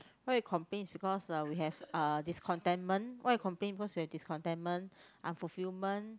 why you complain is because uh we have uh discontentment why we complain is because we have discontentment unfulfillment